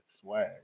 swag